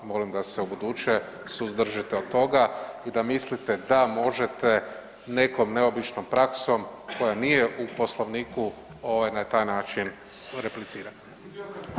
Molim da se u buduće suzdržite od toga i da mislite da možete nekom neobičnom praksom koja nije u Poslovniku na taj način replicirate.